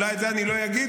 אולי את זה אני לא אגיד,